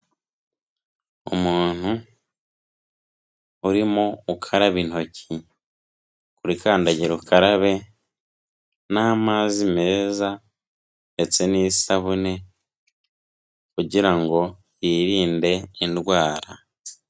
Umuntu, urimo ukaraba intoki, kuri kandagira ukarabe n'amazi meza ndetse n'isabune kugira ngo yirinde indwara.